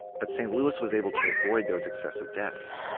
but st. louis was able to avoid those excessive deaths.